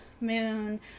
moon